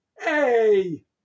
hey